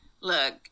Look